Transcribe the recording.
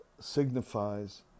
signifies